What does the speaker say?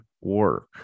work